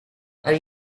are